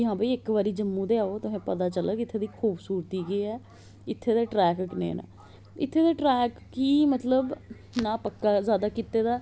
कि हां भाई इक बारी जम्मू ते अवो तुसेंगी पता चलग इत्थे दी खूवसूरती के है इत्थे दे ट्रैक कनेह् न इत्थे दे ट्रैक कि मतलब ना पक्का ज्यादा कीते दा